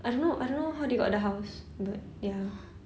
I don't know I don't know how they got the house but ya